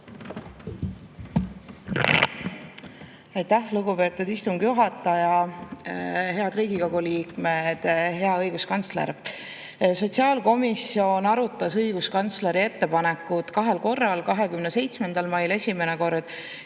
Aitäh, lugupeetud istungi juhataja! Head Riigikogu liikmed! Hea õiguskantsler! Sotsiaalkomisjon arutas õiguskantsleri ettepanekut kahel korral: 27. mail esimene kord